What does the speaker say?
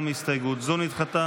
גם הסתייגות זו נדחתה.